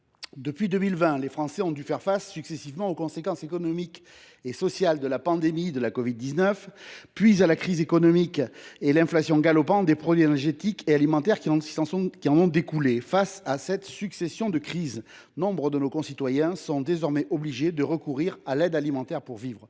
Depuis 2020, les Français ont dû faire face successivement aux conséquences économiques et sociales de la pandémie de covid 19, puis à la crise économique et à l’inflation galopante des produits énergétiques et alimentaires qui en ont découlé. Face à cette succession de crises, nombre de nos concitoyens sont désormais obligés de recourir à l’aide alimentaire pour vivre.